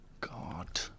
God